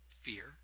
fear